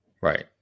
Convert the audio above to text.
Right